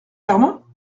germain